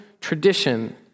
tradition